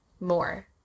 more